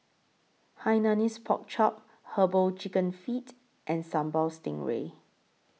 Hainanese Pork Chop Herbal Chicken Feet and Sambal Stingray